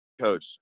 Coach